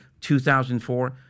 2004